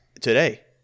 today